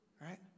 right